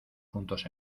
juntos